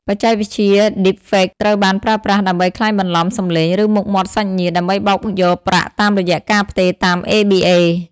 បច្ចេកវិទ្យា Deepfake ត្រូវបានប្រើប្រាស់ដើម្បីក្លែងបន្លំសម្លេង ឬមុខមាត់សាច់ញាតិ ដើម្បីបោកយកប្រាក់តាមរយៈការផ្ទេរតាម ABA។